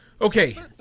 Okay